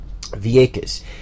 Vieques